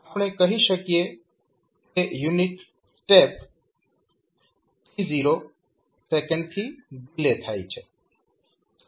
આપણે કહી શકીએ કે યુનિટ સ્ટેપ t0 સેકન્ડ થી ડીલે થાય છે